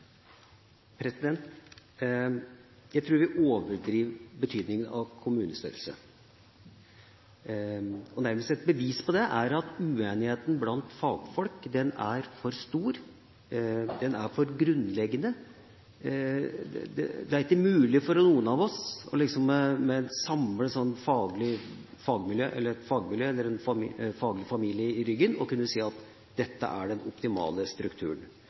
Norge. Jeg tror vi overdriver betydninga av kommunestørrelse. Nærmest et bevis på det er at uenigheten blant fagfolk er for stor, den er for grunnleggende. Det er ikke mulig for noen av oss, med et samlet fagmiljø i ryggen, å kunne si at dette er den optimale strukturen.